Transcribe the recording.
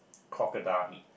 crocodile meat